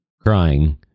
crying